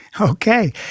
Okay